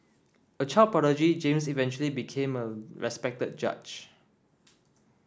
a child prodigy James eventually became a respected judge